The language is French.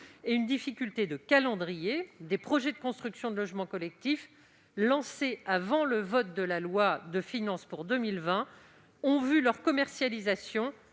Une difficulté de calendrier, ensuite : des projets de construction de logements collectifs lancés avant le vote de la loi de finances pour 2020 ont vu leur commercialisation